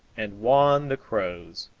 and wahn the crows